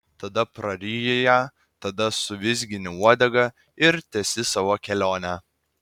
tada praryji ją tada suvizgini uodega ir tęsi savo kelionę